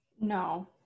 No